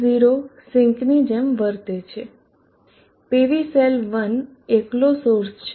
R0 સિંકની જેમ વર્તે છે PV સેલ 1 એકલો સોર્સ છે